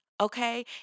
okay